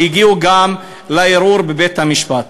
שהגיעו גם לערעור בבית-המשפט.